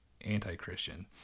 anti-Christian